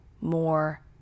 more